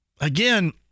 Again